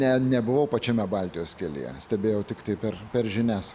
ne nebuvau pačiame baltijos kelyje stebėjau tiktai per per žinias